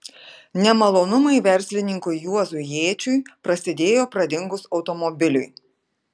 nemalonumai verslininkui juozui jėčiui prasidėjo pradingus automobiliui